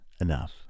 enough